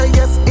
yes